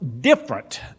different